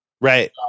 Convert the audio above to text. right